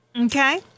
Okay